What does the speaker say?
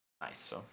Nice